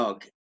Okay